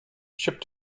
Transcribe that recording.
ship